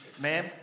Ma'am